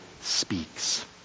speaks